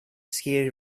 skiing